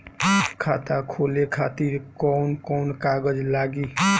खाता खोले खातिर कौन कौन कागज लागी?